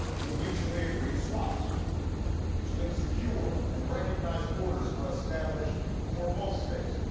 with mutually agreed swaps, so that secure and recognized borders are established for both states.